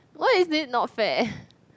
why is it not fair